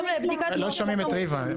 לא שומעים את ריבה.